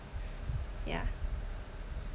yeah